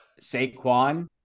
Saquon